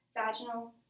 vaginal